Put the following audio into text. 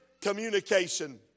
communication